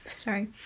Sorry